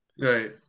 right